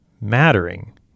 mattering